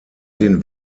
den